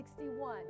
61